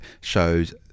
shows